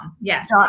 Yes